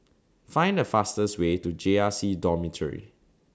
Find The fastest Way to J R C Dormitory